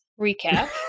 recap